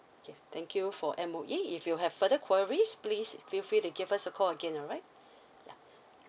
okay thank you for M_O_E if you have further queries please feel free to give us a call again alright